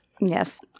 Yes